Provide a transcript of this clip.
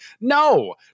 no